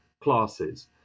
classes